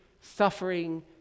suffering